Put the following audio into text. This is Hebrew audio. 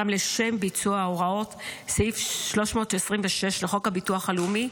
לשם ביצוע הוראות סעיף 326 לחוק הביטוח הלאומי,